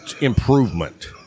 improvement